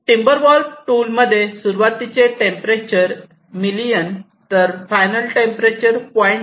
TimberWolf tool मध्ये सुरुवातीचे temperature million तर फायनल टेम्परेचर 0